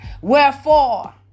wherefore